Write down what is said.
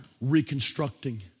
reconstructing